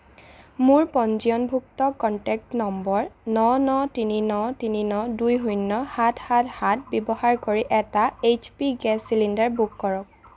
মোৰ পঞ্জীয়নভুক্ত contact number ন ন তিনি ন তিনি ন দুই শূন্য সাত সাত সাত ব্যৱহাৰ কৰি এটা H P gas cylinder book কৰক